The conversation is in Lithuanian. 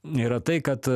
yra tai kad